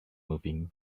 moving